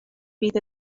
bydd